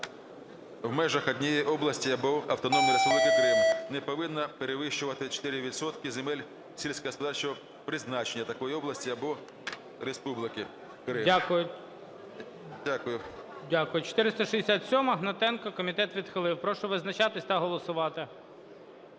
в межах однієї області або Автономної Республіки Крим не повинна перевищувати 4 відсотки земель сільськогосподарського призначення такої області або республіки. Дякую. ГОЛОВУЮЧИЙ. Дякую. 467-а Гнатенка. Комітет відхилив. Прошу визначатися та голосувати.